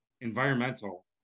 environmental